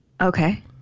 Okay